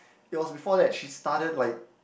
it was before that she started like